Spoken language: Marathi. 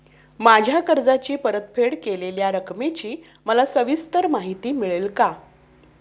माझ्या कर्जाची परतफेड केलेल्या रकमेची मला सविस्तर माहिती मिळेल का?